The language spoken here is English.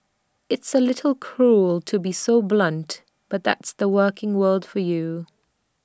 it's A little cruel to be so blunt but that's the working world for you